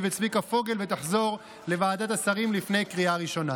וצביקה פוגל ותחזור לוועדת השרים לפני קריאה ראשונה.